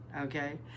okay